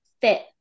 fit